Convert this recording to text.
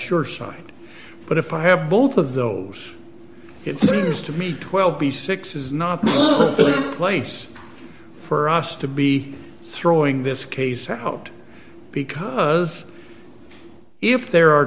your side but if i have both of those it says to me twelve b six is not a place for us to be throwing this case out because if there are